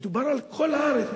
מדובר על כל הארץ,